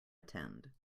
attend